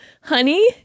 honey